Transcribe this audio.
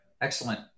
excellent